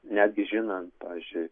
netgi žinant pavyzdžiui